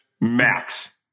max